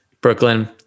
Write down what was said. brooklyn